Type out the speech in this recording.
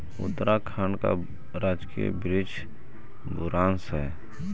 उत्तराखंड का राजकीय वृक्ष बुरांश हई